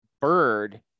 bird